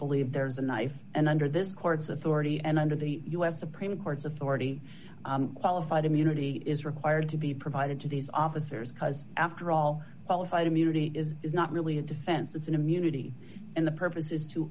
believe there's a knife and under this court's authority and under the u s supreme court's authority qualified immunity is required to be provided to these officers cuz after all qualified immunity is is not really a defense it's an immunity in the purpose is to